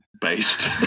based